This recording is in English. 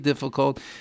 difficult